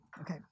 Okay